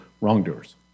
wrongdoers